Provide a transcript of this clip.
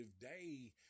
day